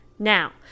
Now